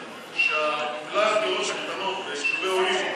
שמלאי הדירות הקטנות ביישובי עולים,